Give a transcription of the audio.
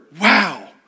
wow